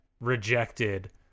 rejected